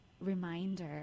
reminder